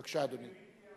בבקשה, אדוני.